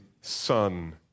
son